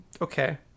Okay